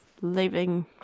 living